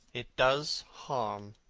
it does harm.